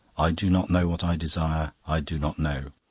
i do not know what i desire, i do not know.